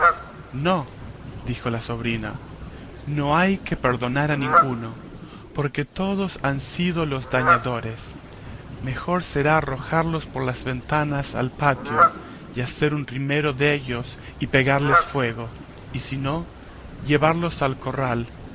no dijo la sobrina no hay para qué perdonar a ninguno porque todos han sido los dañadores mejor será arrojarlos por las ventanas al patio y hacer un rimero dellos y pegarles fuego y si no llevarlos al corral